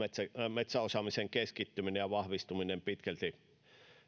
metsäosaamisen keskittyminen ja vahvistuminen pitkälti